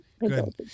good